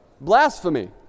Blasphemy